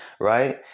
right